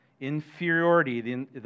inferiority